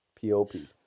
P-O-P